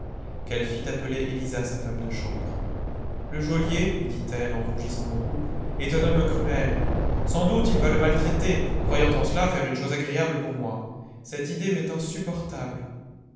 qu'elle fit appeler élisa sa femme de chambre le geôlier lui dit-elle en rougissant beaucoup est un homme cruel sans doute il va le maltraiter croyant en cela faire une chose agréable pour moi cette idée m'est insupportable